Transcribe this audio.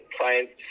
clients